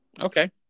Okay